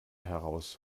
heraus